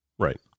Right